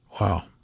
Wow